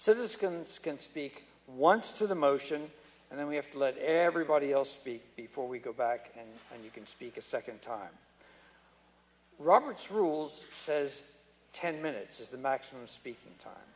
skin speak once to the motion and then we have to let everybody else speak before we go back and and you can speak a second time robert's rules says ten minutes is the maximum speaking time